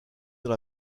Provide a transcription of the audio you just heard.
dans